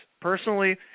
Personally